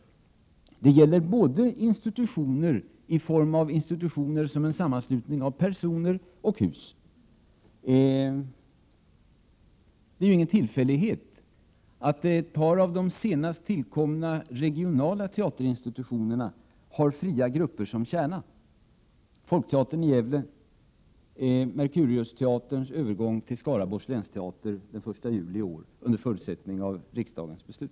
Det gäller institutioner både som en sammanslutning av personer och hus. Det är ingen tillfällighet att ett par av de senast tillkomna regionala teaterinstitutionerna har fria grupper som kärna: Folkteatern i Gävle och Mercuriusteatern som skall övergå till Skaraborgs läns teater den 1 juli i år under förutsättning av riksdagens bifall.